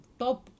top